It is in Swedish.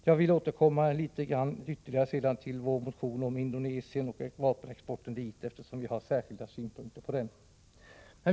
Jag vill senare återkomma till vår motion om Indonesien och vapenexporten dit, eftersom vi har särskilda synpunkter på den.